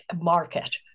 market